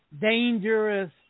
dangerous